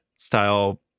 style